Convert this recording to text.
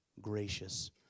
gracious